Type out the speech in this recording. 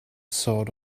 sort